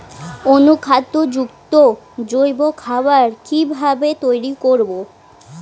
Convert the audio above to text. অনুখাদ্য যুক্ত জৈব খাবার কিভাবে তৈরি করব?